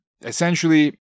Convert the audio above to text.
essentially